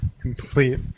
complete